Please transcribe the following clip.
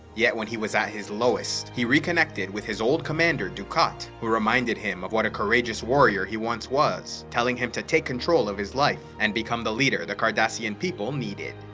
yet when he was at his lowest, he reconnected with his old commander dukat, who reminded him of what a courageous warrior he once was, telling him to take back control of his life and become the leader the cardassian people needed.